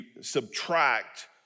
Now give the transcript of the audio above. subtract